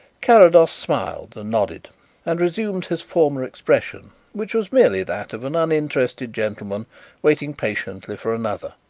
carrados smiled and nodded and resumed his former expression, which was merely that of an uninterested gentleman waiting patiently for another.